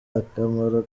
akamaro